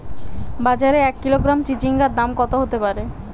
বাজারে এক কিলোগ্রাম চিচিঙ্গার দাম কত হতে পারে?